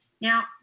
Now